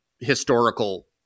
historical